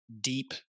deep